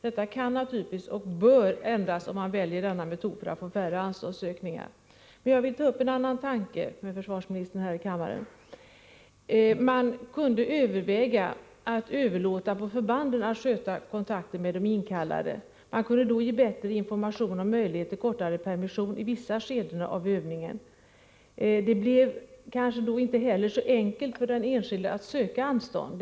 Detta kan och bör naturligtvis ändras, om man väljer denna metod för att få färre anståndsansökningar. Jag vill här i kammaren ta upp en annan tanke med försvarsministern. Man kunde överväga att överlåta på förbanden att sköta kontakten med de inkallade. Man kunde då ge bättre information om möjlighet till kortare permission i vissa skeden av övningen. Det blev då kanske inte heller så enkelt för den enskilde att söka anstånd.